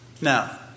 now